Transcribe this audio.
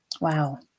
Wow